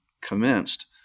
commenced